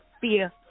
fear